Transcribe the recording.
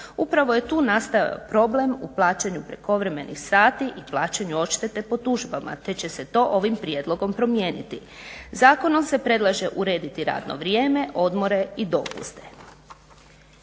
Upravo je tu nastajao problem u plaćanju prekovremenih sati i plaćanju odštete po tužbama, te će se to ovim prijedlogom promijeniti. Zakonom se predlaže urediti radno vrijeme, odmore i dopuste.